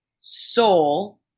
soul